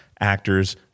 actors